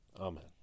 Amen